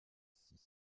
six